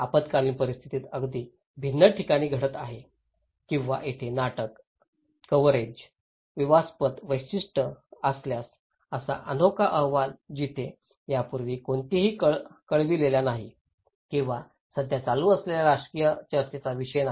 आपत्कालीन परिस्थिती अगदी भिन्न ठिकाणी घडत आहे किंवा तेथे नाटक आणि कव्हरेजचे विवादास्पद वैशिष्ट्य असल्यास असा अनोखा अहवाल जिथे यापूर्वी कोणालाही कळविलेला नाही किंवा सध्या चालू असलेल्या राजकीय चर्चेचा विषय नाही